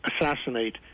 assassinate